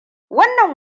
wannan